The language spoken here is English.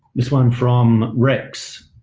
this one from rex.